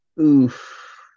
Oof